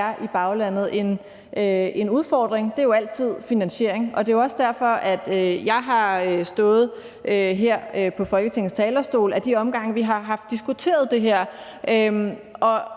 i baglandet. En udfordring er jo altid finansiering, og det er også derfor, jeg har stået her på Folketingets talerstol de gange, vi har haft diskuteret det her, og